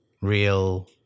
real